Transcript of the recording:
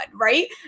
Right